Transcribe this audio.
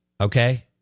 Okay